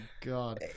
god